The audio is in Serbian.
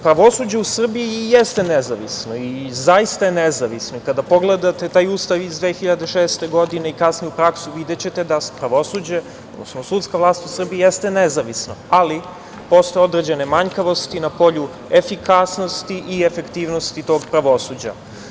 Pravosuđe u Srbiji i jeste nezavisno i zaista je nezavisno i kada pogledate taj Ustav iz 2006. godine i kasniju praksu videćete da pravosuđe, odnosno sudska vlas u Srbiji jeste nezavisno, ali postoje određene manjkavosti na polju efikasnosti i efektivnosti tog pravosuđa.